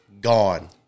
Gone